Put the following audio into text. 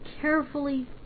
carefully